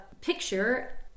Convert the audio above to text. picture